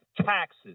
taxes